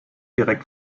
direkt